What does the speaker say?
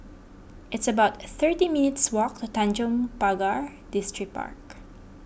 it's about thirty minutes' walk to Tanjong Pagar Distripark